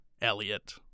Elliot